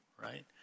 right